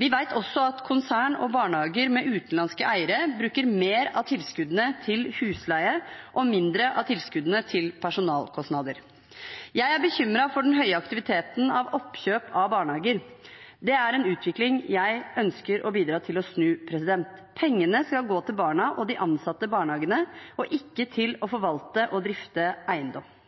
Vi vet også at konsern og barnehager med utenlandske eiere bruker mer av tilskuddene til husleie og mindre av tilskuddene til personalkostnader. Jeg er bekymret for den høye aktiviteten av oppkjøp av barnehager. Det er en utvikling jeg ønsker å bidra til å snu. Pengene skal gå til barna og de ansatte i barnehagene, ikke til å forvalte og drifte eiendom.